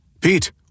Pete